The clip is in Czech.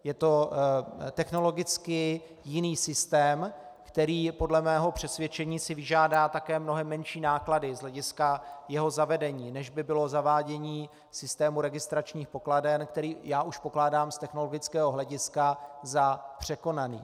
Je to technologicky jiný systém, který si podle mého přesvědčení vyžádá také mnohem menší náklady z hlediska jeho zavedení, než by bylo zavádění systému registračních pokladen, který já už pokládám z technologického hlediska za překonaný.